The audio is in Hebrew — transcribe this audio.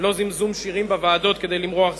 לא זמזום שירים בוועדות כדי למרוח זמן,